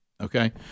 Okay